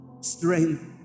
strength